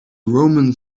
roman